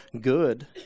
good